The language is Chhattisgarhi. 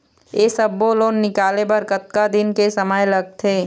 ये सब्बो लोन निकाले बर कतका दिन के समय लगथे?